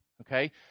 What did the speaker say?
Okay